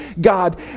God